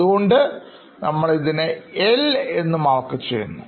അതുകൊണ്ട് നമ്മൾ ഇതിനെ L മാർക്ക് ചെയ്യുന്നു